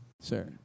Sir